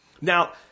Now